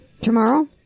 Tomorrow